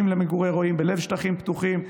שמשמשים למגורי רועים, בלב שטחים פתוחים.